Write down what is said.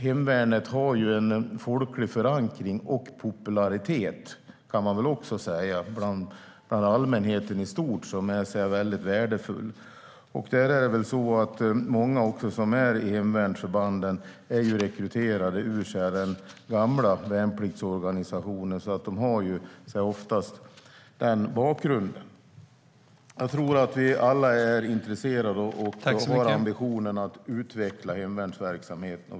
Hemvärnet har en folklig förankring och popularitet bland allmänheten i stort. Det är värdefullt. Många i hemvärnsförbanden har rekryterats ur den gamla värnpliktsorganisationen. De har oftast den bakgrunden. Jag tror att vi alla är intresserade av och har ambitionen att utveckla hemvärnsverksamheten.